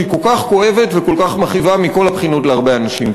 שהיא כל כך כואבת וכל כך מכאיבה מכל הבחינות להרבה אנשים.